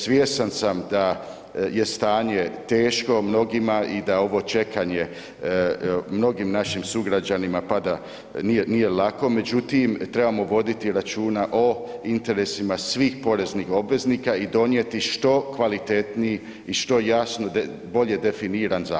Svjestan sam da je stanje teško mnogima i da ovo čekanje mnogim našim sugrađanima pada, nije lako, međutim trebamo voditi računa o interesima svih poreznih obveznika i donijeti što kvalitetniji i što jasniji, bolje definiran zakon.